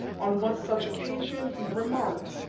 on one such occasion, he remarked,